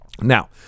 Now